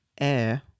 air